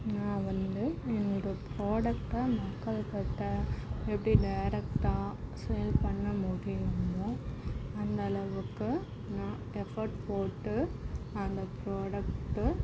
நான் வந்து என்னுடைய ப்ராடக்ட்டை மக்கள் கிட்டே எப்படி டேரெக்டாக சேல் பண்ண முடியுமோ அந்த அளவுக்கு நான் எஃபக்ட் போட்டு அந்த ப்ராடக்ட்டு